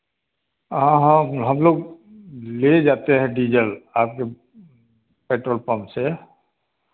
हाँ हाँ हम लोग ले जाते हैं डीजल आपके पेट्रोल पंप से